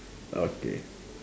okay